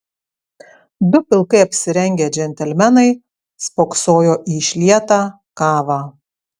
du pilkai apsirengę džentelmenai spoksojo į išlietą kavą